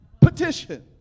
Petition